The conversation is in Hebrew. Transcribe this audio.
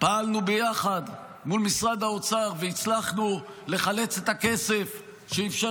פעלנו ביחד מול משרד האוצר והצלחנו לחלץ את הכסף שאפשר